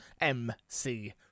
MC